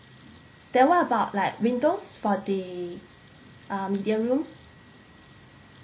then what about like windows for the uh medium room